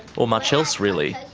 or much else really.